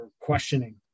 questioning